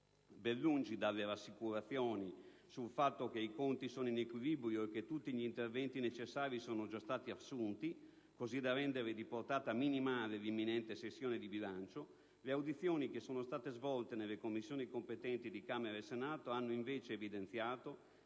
Ben lungi dalle rassicurazioni sul fatto che i conti sono in equilibrio e che «tutti gli interventi necessari sono già stati assunti», così da rendere di portata minimale la imminente sessione di bilancio, le audizioni svolte nelle Commissioni competenti di Camera e Senato hanno invece chiaramente